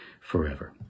forever